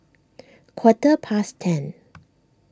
quarter past ten